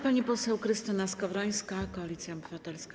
Pani poseł Krystyna Skowrońska, Koalicja Obywatelska.